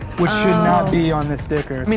which should not be on this sticker. i mean,